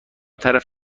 طرف